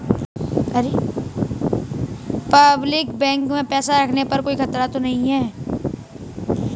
Public bank में पैसा रखने पर कोई खतरा तो नहीं है?